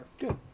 good